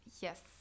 Yes